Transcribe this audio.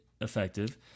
effective